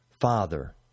Father